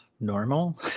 normal